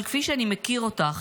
אבל כפי שאני מכיר אותך,